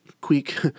quick